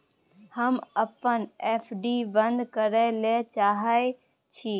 हम अपन एफ.डी बंद करय ले चाहय छियै